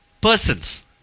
persons